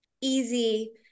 easy